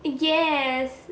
yes